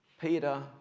Peter